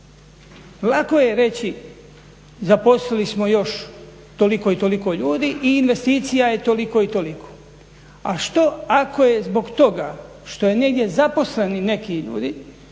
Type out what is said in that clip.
Lako je reći zaposlili smo još toliko i toliko ljudi i investicija je toliko i toliko. A što je ako je zbog toga što je negdje zaposleni neki ljudi